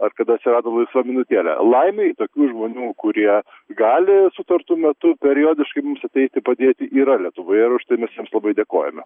ar kada atsirado laisva minutėlė laimei tokių žmonių kurie gali sutartu metu periodiškai mums ateiti padėti yra lietuvoje ir už tai mes jiems labai dėkojame